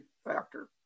factor